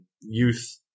youth